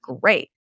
great